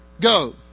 Go